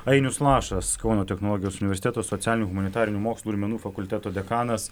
ainius lašas kauno technologijos universiteto socialinių humanitarinių mokslų ir menų fakulteto dekanas